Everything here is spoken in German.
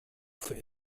für